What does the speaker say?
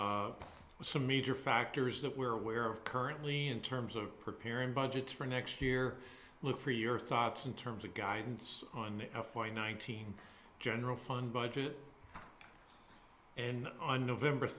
with some major factors that we're aware of currently in terms of preparing budgets for next year look for your thoughts in terms of guidance on why nineteen general fund budget and on november